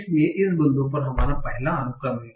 इसलिए इस बिंदु पर हमारा पहला अनुक्रम है